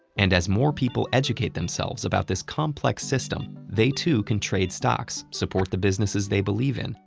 and as more people educate themselves about this complex system they too can trade stocks, support the businesses they believe in,